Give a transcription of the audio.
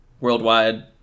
worldwide